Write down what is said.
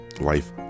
life